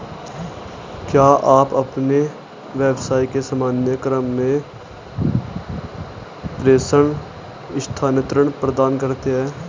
क्या आप अपने व्यवसाय के सामान्य क्रम में प्रेषण स्थानान्तरण प्रदान करते हैं?